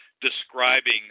describing